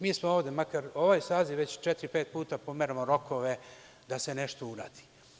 Mi smo ovde, makar ovaj saziv, već četiri, pet puta pomerali rokove da se nešto uradi.